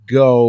go